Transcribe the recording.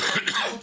אז זה מאוד קריטי,